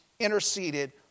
interceded